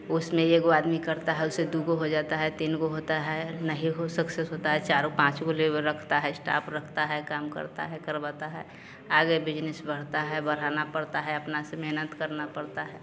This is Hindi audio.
उसमें ए गो आदमी करता है उसे दू गो हो जाता है तीन होता है नहीं तो सक्सेस होता है चार पाँच लेबर रखता है स्टाप रखता है काम करता है करवाता है आगे बिजनिस बढ़ता है बढ़ाना पड़ता है अपने से मेहनत करना पड़ता है